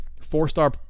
four-star